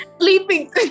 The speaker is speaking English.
sleeping